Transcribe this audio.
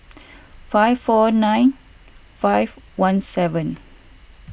five four nine five one seven